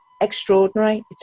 extraordinary